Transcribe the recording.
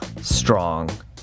strong